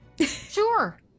Sure